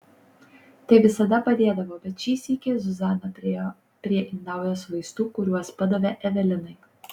tai visada padėdavo bet šį sykį zuzana priėjo prie indaujos vaistų kuriuos padavė evelinai